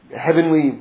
heavenly